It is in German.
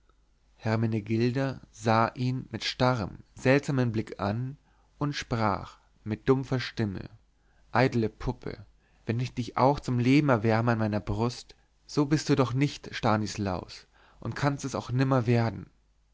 hermenegilda sah ihn mit starrem seltsamen blick an und sprach mit dumpfer stimme eitle puppe wenn ich dich auch zum leben erwärme an meiner brust so bist du doch nicht stanislaus und kannst es auch nimmer werden